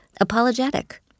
apologetic